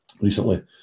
recently